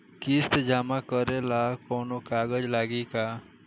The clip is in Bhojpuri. किस्त जमा करे ला कौनो कागज लागी का?